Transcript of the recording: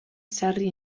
sarri